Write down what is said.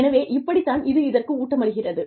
எனவே இப்படி தான் இது இதற்கு ஊட்டமளிக்கிறது